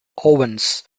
owens